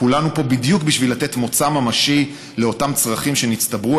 כולנו פה בדיוק בשביל לתת מוצא ממשי לאותם צרכים שהצטברו,